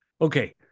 Okay